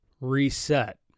Reset